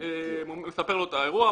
מספר לו את האירוע.